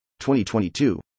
2022